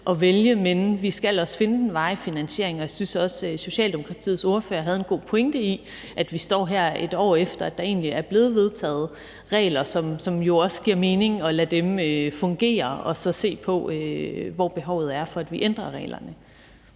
men vi skal også finde den varige finansiering. Jeg synes også, at Socialdemokratiets ordfører havde en god pointe i, at vi står her, et år efter at der egentlig er blevet vedtaget regler, så det jo også giver mening at lade dem fungere og så se på, hvor behovet er for, at vi ændrer reglerne.